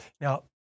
Now